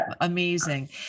Amazing